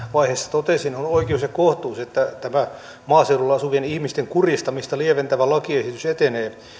totesin on oikeus ja kohtuus että tämä maaseudulla asuvien ihmisten kurjistamista lieventävä lakiesitys etenee